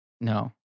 No